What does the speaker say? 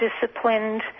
disciplined